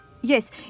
Yes